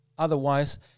Otherwise